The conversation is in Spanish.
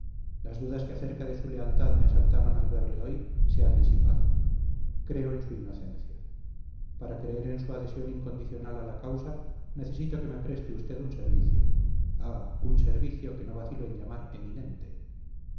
las dudas que acerca de su lealtad me asaltaron al verle hoy se han disipado creo en su inocencia para creer en su adhesión incondicional a la causa necesito que me preste usted un servicio ah un servicio que no vacilo en llamar eminente